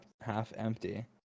half-empty